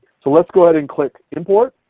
so let's go ahead and click import